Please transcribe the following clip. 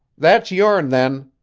that's yourn, then.